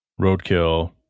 roadkill